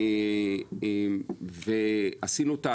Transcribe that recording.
עשינו,